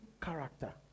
character